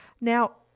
Now